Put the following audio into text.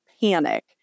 panic